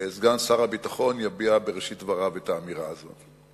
סגן שר הביטחון יביע בראשית דבריו את האמירה הזאת.